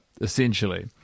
essentially